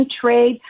trade